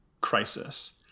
crisis